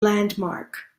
landmark